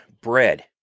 bread